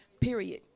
Period